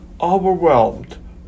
overwhelmed